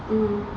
hmm